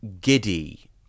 giddy